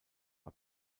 war